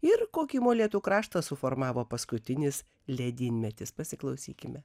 ir kokį molėtų kraštą suformavo paskutinis ledynmetis pasiklausykime